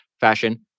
fashion